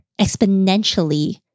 exponentially